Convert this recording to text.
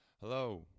Hello